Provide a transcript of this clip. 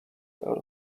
out